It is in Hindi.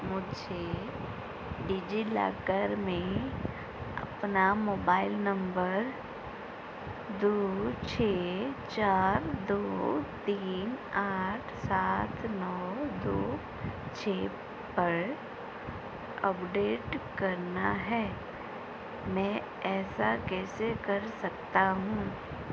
मुझे डिज़िलॉकर में अपना मोबाइल नम्बर दो छह चार दो तीन आठ सात नौ दो छह पर अपडेट करना है मैं ऐसा कैसे कर सकता हूँ